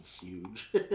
huge